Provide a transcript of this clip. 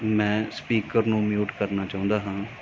ਮੈਂ ਸਪੀਕਰ ਨੂੰ ਮਿਊਟ ਕਰਨਾ ਚਾਹੁੰਦਾ ਹਾਂ